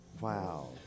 Wow